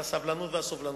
על הסבלנות והסובלנות.